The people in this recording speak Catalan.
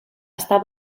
està